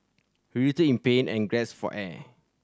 he writhed in pain and gasped for air